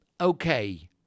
Okay